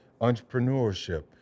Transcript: entrepreneurship